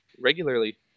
regularly